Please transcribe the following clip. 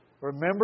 Remember